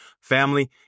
Family